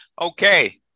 Okay